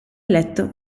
eletto